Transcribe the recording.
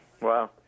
Wow